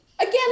again